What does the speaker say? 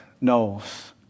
knows